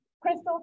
Crystal